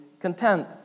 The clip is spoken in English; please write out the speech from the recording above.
content